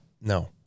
No